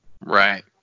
Right